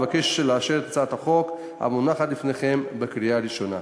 אבקש לאשר את הצעת החוק המונחת בפניכם בקריאה הראשונה.